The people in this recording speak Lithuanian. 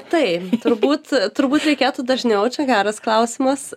tai turbūt turbūt reikėtų dažniau čia geras klausimas